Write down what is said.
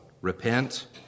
Repent